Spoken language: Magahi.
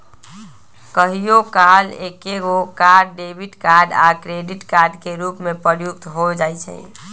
कहियो काल एकेगो कार्ड डेबिट कार्ड आ क्रेडिट कार्ड के रूप में प्रयुक्त हो जाइ छइ